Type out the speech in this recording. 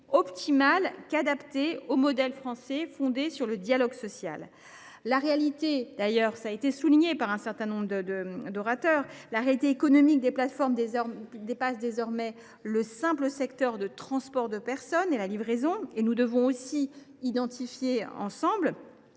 optimale qu’adaptée au modèle français, fondé sur le dialogue social. Comme cela a été souligné par un certain nombre d’orateurs, la réalité économique des plateformes dépasse désormais les secteurs du transport de personnes et de la livraison. Nous devons donc identifier, ensemble,